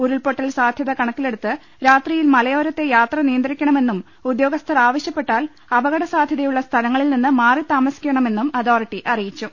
ഉരുൾപൊട്ടൽ സാധ്യത കണക്കിലെടുത്ത് രാത്രിയിൽ മലയോ രത്തെ യാത്ര നിയന്ത്രിക്കണമെന്നും ഉദ്യോഗസ്ഥർ ആവശ്യപ്പെ ട്ടാൽ അപകടസാധ്യതയുള്ള സ്ഥലങ്ങളിൽ നിന്ന് മാറി താമസി ക്കണമെന്നും അതോറിറ്റി അറിയിച്ചു